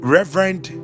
Reverend